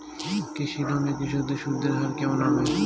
কৃষি লোন এ কৃষকদের সুদের হার কেমন হবে?